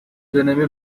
dönemi